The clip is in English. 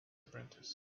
apprentice